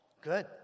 Good